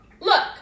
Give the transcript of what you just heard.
Look